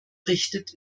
richtet